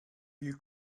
you